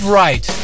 right